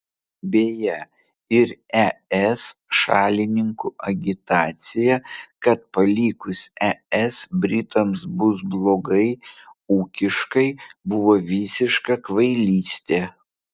beje ir es šalininkų agitacija kad palikus es britams bus blogai ūkiškai buvo visiška kvailystė